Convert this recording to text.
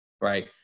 Right